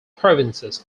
provinces